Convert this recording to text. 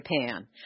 Japan